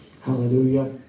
Hallelujah